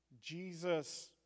Jesus